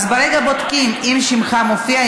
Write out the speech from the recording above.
אז כרגע בודקים אם שמך מופיע.